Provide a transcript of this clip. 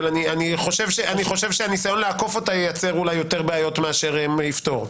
אבל אני חושב שהניסיון לעקוף אותה ייצר אולי יותר בעיות מאשר יפתור.